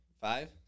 Five